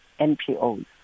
NPOs